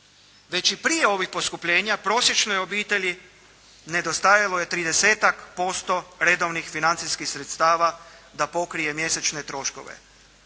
Već i prije ovih poskupljenja prosječnoj obitelji nedostajalo je 30-tak posto redovnih financijskih sredstava da pokrije mjesečne troškove,